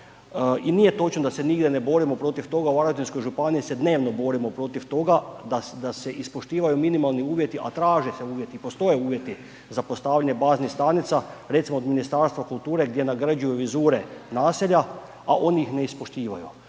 i nije točno da se nigdje ne borimo protiv toga, u Varaždinskoj županiji se dnevno borimo protiv toga da, da se ispoštivaju minimalni uvjeti, a traže se uvjeti i postoje uvjeti za postavljanje baznih stanica. Recimo od Ministarstva kulture gdje nagrđuju vizure naselja, a oni ih neispoštivaju,